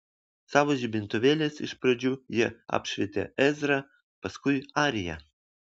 savo žibintuvėliais iš pradžių jie apšvietė ezrą paskui ariją